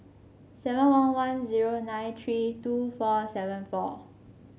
seven one one zero nine three two four seven four